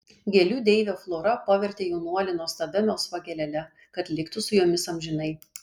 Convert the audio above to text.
gėlių deivė flora pavertė jaunuolį nuostabia melsva gėlele kad liktų su jomis amžinai